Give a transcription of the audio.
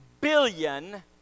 billion